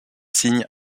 signe